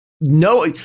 no